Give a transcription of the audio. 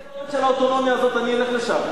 תן לי את הכתובת של האוטונומיה הזאת, אני אלך לשם.